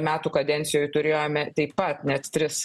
metų kadencijoj turėjome taip pat net tris